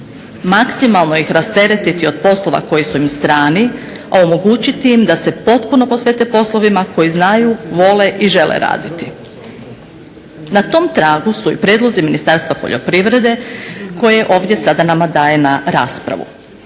maksimalno ih rasteretiti od poslova koji su im strani, a omogućiti im da se potpuno posvete poslovima koji znaju, vole i žele raditi. Na tom tragu su i prijedlozi Ministarstva poljoprivrede koje ovdje sada nama daje na raspravu.